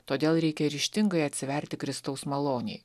todėl reikia ryžtingai atsiverti kristaus malonei